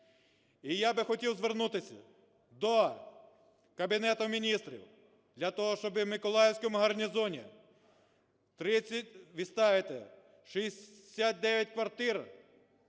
І я би хотів звернутись до Кабінету Міністрів для того, щоб в Миколаївському гарнізоні 30,